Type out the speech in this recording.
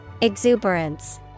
Exuberance